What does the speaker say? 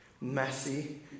messy